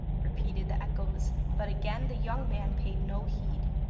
repeated the echoes, but again the young man paid no heed.